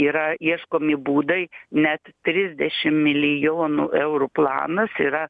yra ieškomi būdai net trisdešim milijonų eurų planas yra